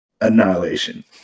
Annihilation